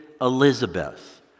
Elizabeth